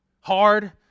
hard